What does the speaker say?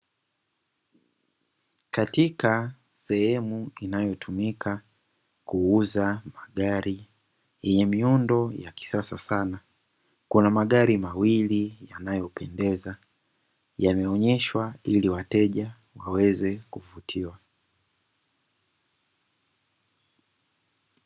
Katika sehemu inayotumika kuuza magari yenye miundo ya kisasa sana, kuna magari mawili yanayopendeza yameonyeshwa ili wateja waweze kuvutiwa.